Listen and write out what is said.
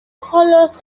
colors